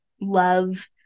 love